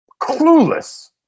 clueless